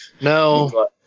No